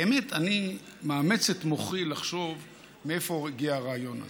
באמת אני מאמץ את מוחי לחשוב מאיפה הגיע הרעיון הזה.